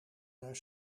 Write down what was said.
naar